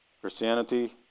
Christianity